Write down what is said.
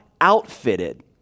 outfitted